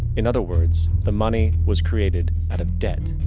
in other words, the money was created out of debt.